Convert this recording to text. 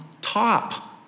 top